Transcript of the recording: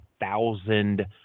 thousand